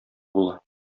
була